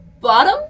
bottom